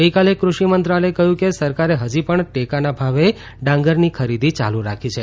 ગઈકાલે કૃષિ મંત્રાલયે કહ્યું કે સરકારે હજી પણ ટેકાના ભાવે ડાંગરની ખરીદી યાલુ રાખી છે